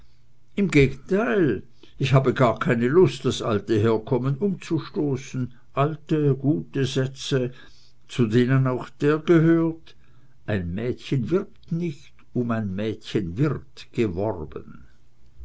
im gegenteil ich habe gar keine lust das alte herkommen umzustoßen alte gute sätze zu denen auch der gehört ein mädchen wirbt nicht um ein mädchen wird geworben